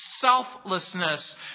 selflessness